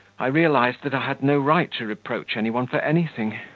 i realised that i had no right to reproach any one for anything,